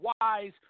Wise